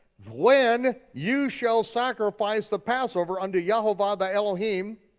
when you shall sacrifice the passover unto yehovah thy elohim,